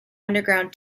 underground